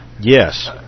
yes